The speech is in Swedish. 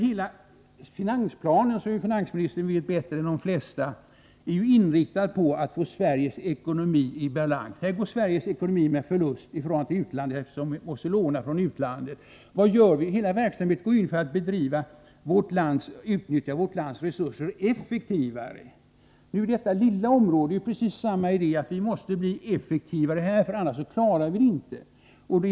Hela finansplanen — det vet finansministern bättre än de flesta — är inriktad på att få Sveriges ekonomi i balans. Sveriges ekonomi går med förlust, eftersom vi måste låna från utlandet. Vad gör vi? Hela verksamheten går ut på att utnyttja vårt lands resurser effektivare. Här tillämpas precis samma idé på detta lilla område: Vi måste bli effektivare — annars klarar vi det inte!